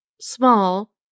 small